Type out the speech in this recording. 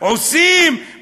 עושים,